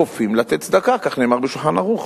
כופים לתת צדקה, כך נאמר ב"שולחן ערוך".